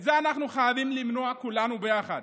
את זה אנחנו חייבים למנוע, כולנו ביחד.